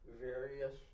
various